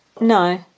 No